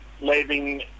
leaving